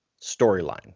storyline